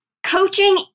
Coaching